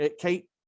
kate